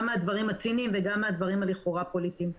גם מהדברים הציניים וגם מהדברים הפוליטיים לכאורה.